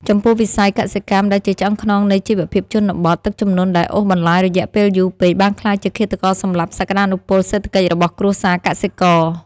ចំពោះវិស័យកសិកម្មដែលជាឆ្អឹងខ្នងនៃជីវភាពជនបទ ទឹកជំនន់ដែលអូសបន្លាយរយៈពេលយូរពេកបានក្លាយជាឃាតករសម្លាប់សក្តានុពលសេដ្ឋកិច្ចរបស់គ្រួសារកសិករ។